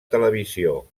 televisió